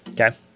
Okay